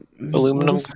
aluminum